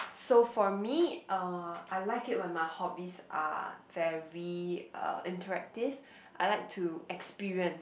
so for me uh I like it when my hobbies are very uh interactive I like to experience